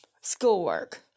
schoolwork